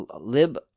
lib